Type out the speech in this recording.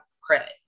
credit